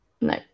no